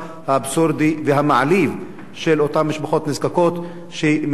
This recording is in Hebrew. אותן משפחות נזקקות לנדבות ומושיטות יד.